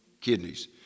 Kidneys